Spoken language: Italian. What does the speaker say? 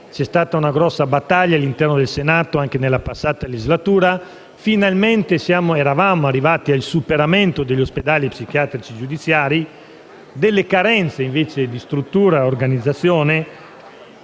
c'è stata una dura battaglia all'interno del Senato, anche nella passata legislatura. Eravamo finalmente arrivati al superamento degli ospedali psichiatrici giudiziari; tuttavia carenze di strutture e di organizzazione